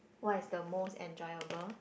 what is the most enjoyable